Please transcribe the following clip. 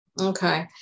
Okay